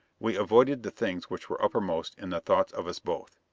we avoided the things which were uppermost in the thoughts of us both.